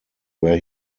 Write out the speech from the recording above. where